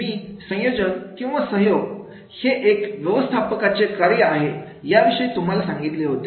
मी संयोजन किंवा सहयोग हे एक व्यवस्थापकाचे कार्य आहे याविषयी तुम्हाला सांगितले होते